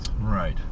Right